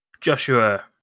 Joshua